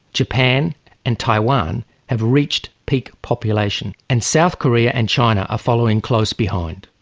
japan and taiwan have reached peak population. and south korea and china are following close behind.